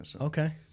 Okay